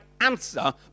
answer